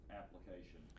application